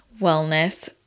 wellness